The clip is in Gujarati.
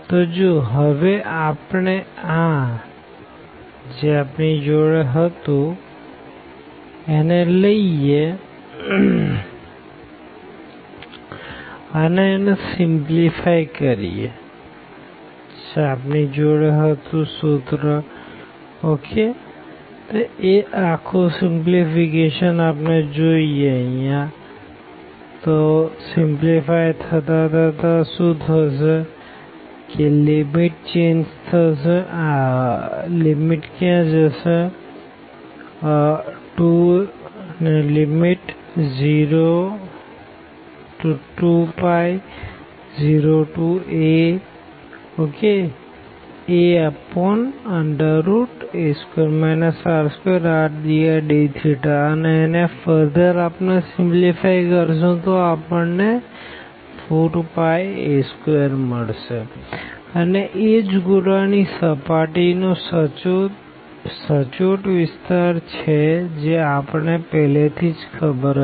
તો જો હવે આપણે આ ∂z∂x xa2 x2 y2 ∂z∂y ya2 x2 y2 S2 aa a2 x2a2 x21∂z∂x2∂z∂x2dydx 2 aa a2 x2a2 x2aa2 x2 y2dydx 202π0aaa2 r2rdrdθ 2a2πa2 r2 |0a 4πa2 અને એ જ ગોળા ની સર્ફેસ નો સચોટ વિસ્તાર છે જે આપણને પેહલા થી જ ખબર હતી